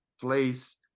place